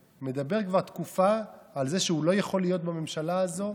שמדבר כבר תקופה על זה שהוא לא יכול להיות בממשלה הזאת.